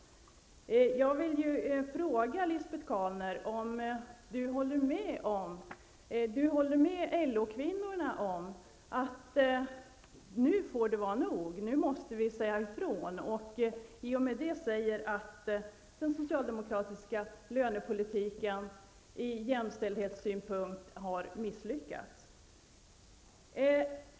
kvinnorna om att det nu får vara nog och i och med detta anser att den socialdemokratiska lönepolitiken har misslyckats ur jämställdhetssynpunkt.